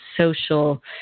social